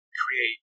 create